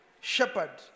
shepherd